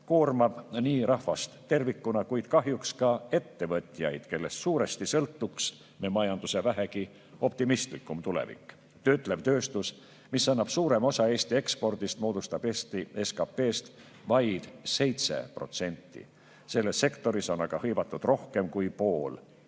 koormavad rahvast tervikuna, kuid kahjuks ka ettevõtjaid, kellest suuresti sõltuks meie majanduse vähegi optimistlikum tulevik. Töötlev tööstus, mis annab suurema osa Eesti ekspordist, moodustab Eesti SKT-st vaid 7%. Selles sektoris on aga hõivatud rohkem kui pool